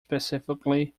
specifically